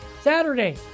Saturday